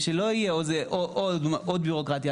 ושלא יהיה עוד בירוקרטיה.